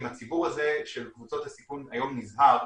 אם הציבור הזה של קבוצות הסיכון היום נזהר,